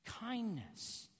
kindness